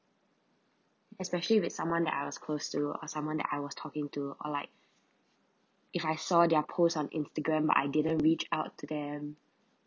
especially with someone that I was close to or someone that I was talking to or like if I saw their post on instagram I didn't reach out to them